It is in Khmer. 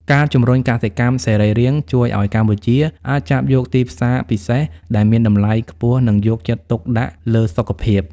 ការជំរុញកសិកម្មសរីរាង្គជួយឱ្យកម្ពុជាអាចចាប់យកទីផ្សារពិសេសដែលមានតម្លៃខ្ពស់ និងយកចិត្តទុកដាក់លើសុខភាព។